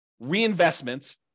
reinvestment